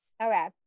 Okay